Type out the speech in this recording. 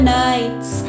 nights